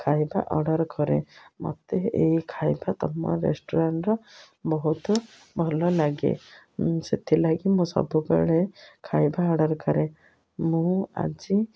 ଖାଇବା ଅର୍ଡ଼ର କରେ ମୋତେ ଏଇ ଖାଇବା ତୁମ ରେଷ୍ଟୁରାଣ୍ଟର ବହୁତ ଭଲ ଲାଗେ ସେଥିଲାଗି ମୁଁ ସବୁବେଳେ ଖାଇବା ଅର୍ଡ଼ର କରେ ମୁଁ ଆଜି